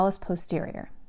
posterior